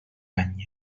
any